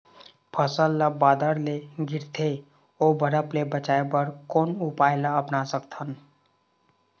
फसल ला बादर ले गिरथे ओ बरफ ले बचाए बर कोन उपाय ला अपना सकथन?